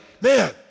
man